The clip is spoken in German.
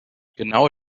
genau